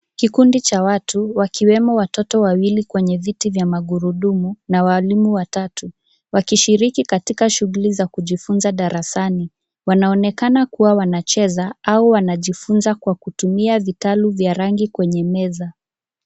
Kikundi cha watu, wakiwemo watoto wawili kwenye viti vya magurudumu na walimu watatu wakishiriki katika sughuli za kujifunza darasani. Wanaonekana kuwa wanacheza au wanajifunza kwa kutumia vitalu vya rangi kwenye meza .